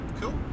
Cool